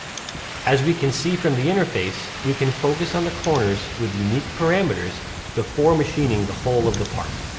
as we can see from the interface we can focus on the corners with unique parameters before machining the whole of the part.